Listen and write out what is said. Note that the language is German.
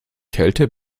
kälte